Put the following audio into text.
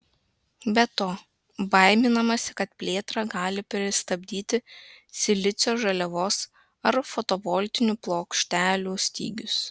be to baiminamasi kad plėtrą gali pristabdyti silicio žaliavos ar fotovoltinių plokštelių stygius